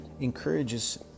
encourages